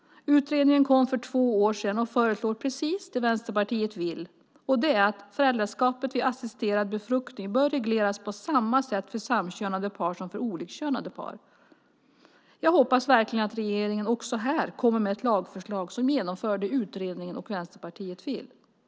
Utredningen kom för två år sedan och föreslår precis det som Vänsterpartiet vill. Det är att föräldraskapet vid assisterad befruktning bör regleras på samma sätt för samkönade par som för olikkönade par. Jag hoppas verkligen att regeringen också här kommer med lagförslag som innebär att man genomför det utredningen och Vänsterpartiet vill.